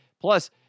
Plus